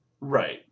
Right